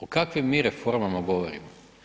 O kakvim mi reformama govorimo?